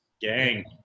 Gang